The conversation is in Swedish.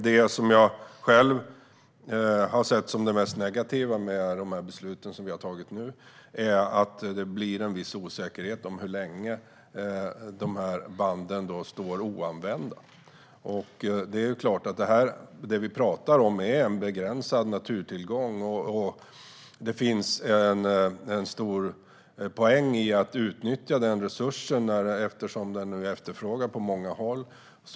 Det jag själv har sett som det mest negativa med de beslut vi nu har fattat är att det blir en viss osäkerhet om hur länge banden står oanvända. Det vi talar om är en begränsad naturtillgång, och det är klart att det finns en stor poäng i att utnyttja den resursen eftersom den nu är efterfrågad på många håll.